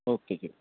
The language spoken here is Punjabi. ਓਕੇ ਜੀ